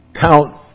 count